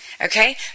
Okay